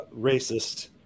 racist